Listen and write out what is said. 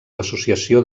l’associació